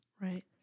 Right